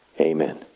Amen